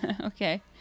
Okay